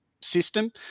system